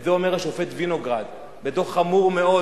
את זה אומר השופט וינוגרד בדוח חמור מאוד